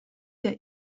der